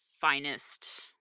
finest